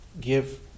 give